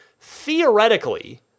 theoretically